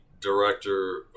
director